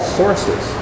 sources